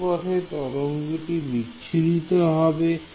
এই পথে তরঙ্গটি বিচ্ছুরিত হবে